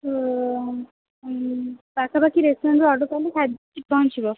ଓ ପାଖାପାଖି ରେଷ୍ଟୁରାଣ୍ଟ୍ରୁ ଅର୍ଡ଼ର୍ କଲେ ଖାଇବା ପହଞ୍ଚିବ